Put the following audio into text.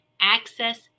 Access